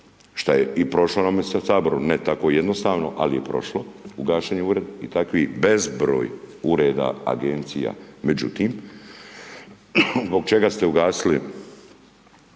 šta je i prošlo na Saboru, ne tako jednostavno ali je prošlo, ugašen je ured. I takvih bezbroj ureda, agencija, međutim, zbog čega ste ugasili,